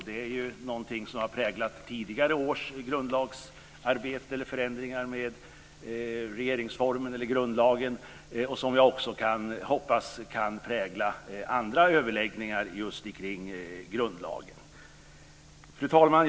Det är något som har präglat tidigare års grundlagsförändringar med regeringsformen eller grundlagen, och som jag hoppas kan prägla andra överläggningar kring just grundlagen. Fru talman!